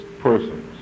persons